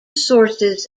sources